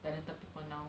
talented people now